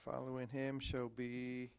following him show be